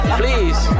please